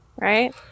right